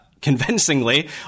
Convincingly